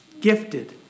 gifted